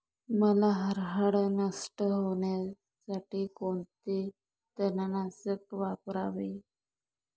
हरळ नष्ट होण्यासाठी कोणते तणनाशक वापरावे?